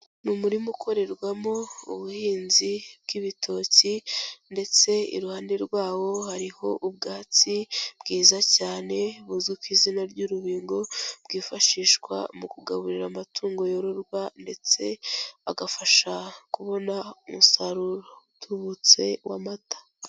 Ni umurima ukorerwamo ubuhinzi bw'ibitoki ndetse iruhande rwawo hariho ubwatsi bwiza cyane buzwi ku izina ry'urubingo, bwifashishwa mu kugaburira amatungo yororwa ndetse agafasha kubona umusaruro utubutse w'amata.